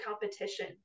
competition